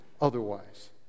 otherwise